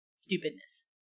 stupidness